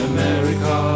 America